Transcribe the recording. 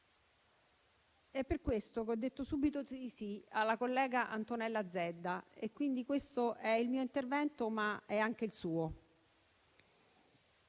È per questo che ho detto subito di sì alla collega Antonella Zedda e quindi questo è il mio intervento, ma è anche il suo.